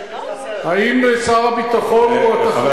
האם שר הביטחון הוא תחליף לראש הממשלה?